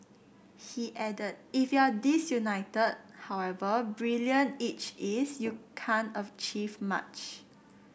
he added if you're disunited however brilliant each is you can't achieve much